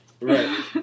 Right